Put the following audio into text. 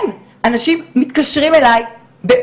אנשים מתקשרים אליי,